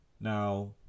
Now